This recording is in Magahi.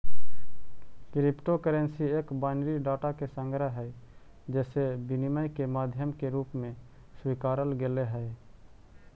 क्रिप्टो करेंसी एक बाइनरी डाटा के संग्रह हइ जेसे विनिमय के माध्यम के रूप में स्वीकारल गेले हइ